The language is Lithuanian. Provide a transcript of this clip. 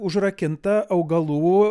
užrakinta augalų